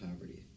poverty